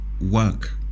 work